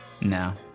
No